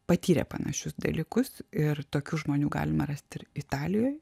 patyrė panašius dalykus ir tokių žmonių galima rasti ir italijoj